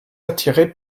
attiré